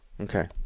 Okay